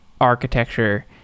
architecture